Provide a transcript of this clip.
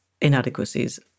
inadequacies